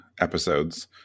episodes